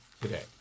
today